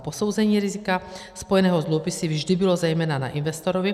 Posouzení rizika spojeného s dluhopisy vždy bylo zejména na investorovi.